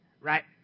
right